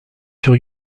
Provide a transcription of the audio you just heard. sur